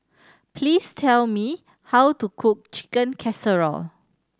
please tell me how to cook Chicken Casserole